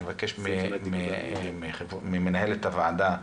אני מבקש מענת, מנהלת הוועדה,